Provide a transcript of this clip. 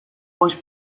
voice